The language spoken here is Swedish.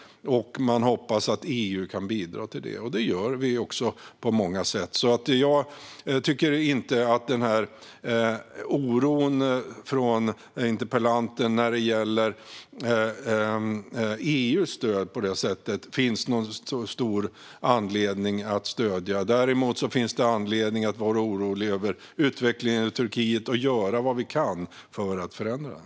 De hoppas att EU kan bidra till detta, och det gör vi också på många sätt. Jag tycker inte att det finns någon stor anledning att instämma i interpellantens oro när det gäller EU:s stöd. Däremot finns det anledning att vara orolig över utvecklingen i Turkiet och göra vad vi kan för att förändra den.